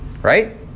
Right